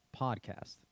podcast